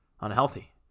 unhealthy